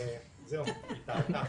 זהו, היא טעתה.